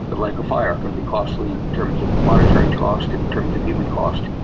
but like a fire, can be costly in terms of monetary cost, in terms of human cost.